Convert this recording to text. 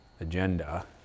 agenda